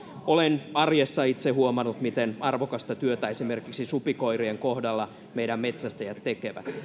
olen arjessa itse huomannut miten arvokasta työtä esimerkiksi supikoirien kohdalla meidän metsästäjämme tekevät